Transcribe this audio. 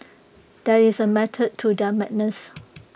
there is A method to their madness